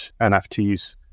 NFTs